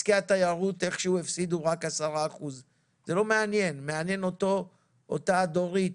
הממוצע שהאוצר מציג לא מעניין את דורית